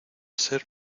ser